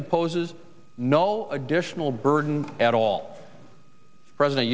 imposes no additional burden at all present